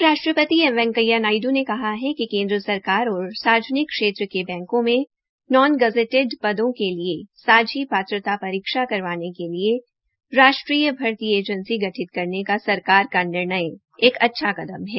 उप राष्ट्रपति एम वैकैया नायड् ने कहा है कि केन्द्र सरकार और सार्वजनिक क्षेत्र के बैंकों में नॉन गजटेड पदों के लिए सांझी पात्रता परीक्षा करवाने के लिए राष्ट्रीय भर्ती एजेंसी गठित करने का सरकार का निर्णय एक अच्छा कदम है